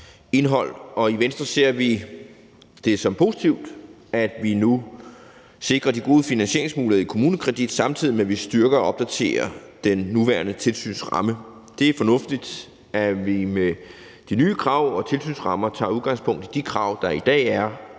I Venstre ser vi det som positivt, at vi nu sikrer de gode finansieringsmuligheder i KommuneKredit, samtidig med at vi styrker og opdaterer den nuværende tilsynsramme. Det er fornuftigt, at vi med de nye krav og tilsynsrammer tager udgangspunkt i de krav, der i dag er